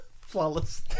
Flawless